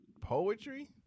poetry